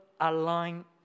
align